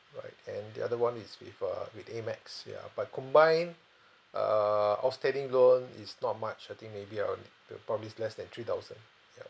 right and the other one is with uh with AMEX ya but combined err outstanding loan is not much I think maybe around the probably less than three thousand ya